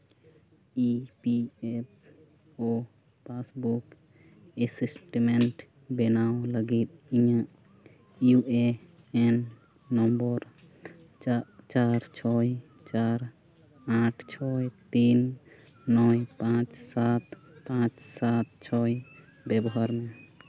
E P F O passbook statement ᱵᱮᱱᱟᱣ ᱤᱧᱟᱹᱜ U A N number ᱪᱟᱨ ᱪᱷᱚᱭ ᱪᱟᱨ ᱟᱴ ᱪᱷᱚᱭ ᱛᱤᱱ ᱱᱚᱭ ᱯᱟᱸᱪ ᱥᱟᱛ ᱯᱟᱸᱪ ᱪᱷᱚᱭ ᱵᱮᱣᱦᱟᱨ ᱢᱮ